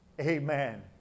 amen